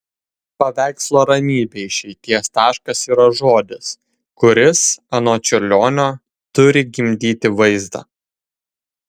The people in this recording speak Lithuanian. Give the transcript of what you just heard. paveikslo ramybė išeities taškas yra žodis kuris anot čiurlionio turi gimdyti vaizdą